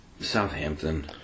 Southampton